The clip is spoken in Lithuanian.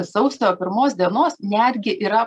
sausio pirmos dienos netgi yra